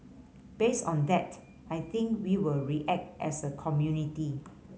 based on that I think we will react as a community